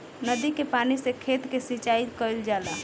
नदी के पानी से खेत के सिंचाई कईल जाला